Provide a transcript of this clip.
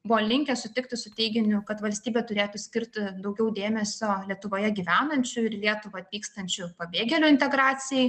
buvo linkę sutikti su teiginiu kad valstybė turėtų skirti daugiau dėmesio lietuvoje gyvenančių ir į lietuvą atvykstančių pabėgėlių integracijai